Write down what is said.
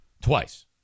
twice